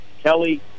Kelly